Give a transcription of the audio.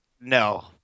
No